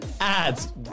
ads